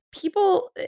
people